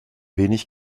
wenig